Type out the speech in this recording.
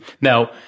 Now